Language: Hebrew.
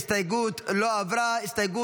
ההסתייגות לא התקבלה.